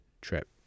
trip